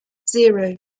zero